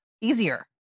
easier